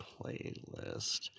playlist